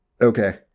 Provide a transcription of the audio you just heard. Okay